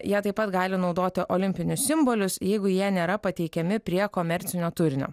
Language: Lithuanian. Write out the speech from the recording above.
jie taip pat gali naudoti olimpinius simbolius jeigu jie nėra pateikiami prie komercinio turinio